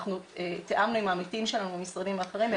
אנחנו תיאמנו עם העמיתים שלנו מהמשרדים האחרים.